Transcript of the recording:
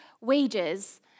wages